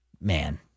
Man